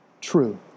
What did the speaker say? true